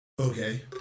Okay